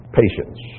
patience